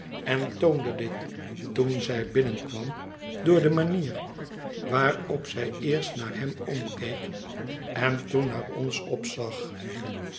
en toonde dit toen zij binnenkwam door de manier waarop zij eerst naar hem omkeek en toen naar ons opzag